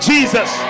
Jesus